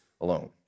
alone